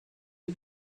the